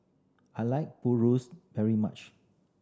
I like purus very much